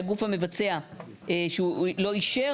הגוף המבצע לא אישר